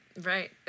Right